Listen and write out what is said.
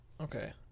Okay